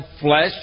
flesh